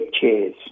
chairs